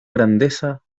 grandeza